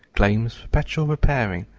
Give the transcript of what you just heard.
claims perpetual repairing.